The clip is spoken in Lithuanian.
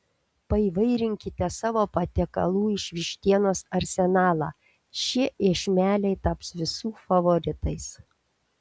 paįvairinkite savo patiekalų iš vištienos arsenalą šie iešmeliai taps visų favoritais